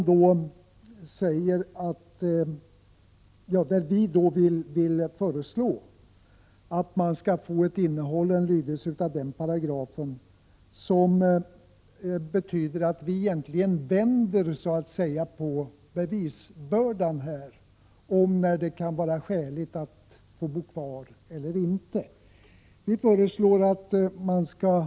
Där föreslår vi en lydelse som innebär att man vänder på frågan om när det kan vara skäligt att få bo kvar eller inte: 4.